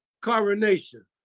coronation